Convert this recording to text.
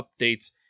updates